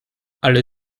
ale